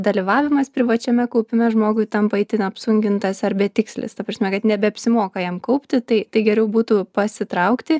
dalyvavimas privačiame kaupime žmogui tampa itin apsunkintas ar betikslis ta prasme kad nebeapsimoka jam kaupti tai tai geriau būtų pasitraukti